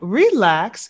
relax